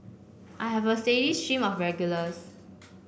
I have a steady stream of regulars